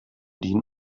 din